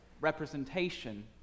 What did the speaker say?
representation